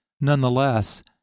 Nonetheless